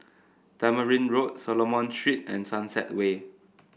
Tamarind Road Solomon Street and Sunset Way